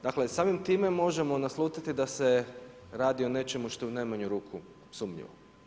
Dakle samim time možemo naslutiti da se radi o nečemu što je u najmanju ruku sumnjivo.